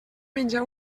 menja